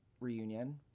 reunion